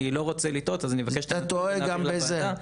אני לא רוצה לטעות אז אני מבקש להעביר את הנתונים לוועדה.